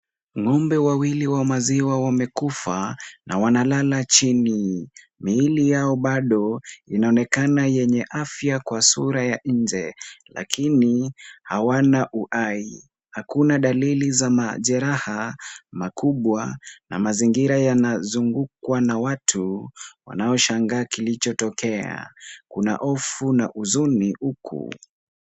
Ngombe wawili wa maziwa wamekufa, na wanalala chini, milli yao bado inonekana yenye afya kwa sura ya nnje, lakini, hawana uhai. Hakuna dalili za majeraha makubwa, na mazingira yanazungukwa na watu wanaoshangaa kilichotokea. kuna ofu na uzuni huku.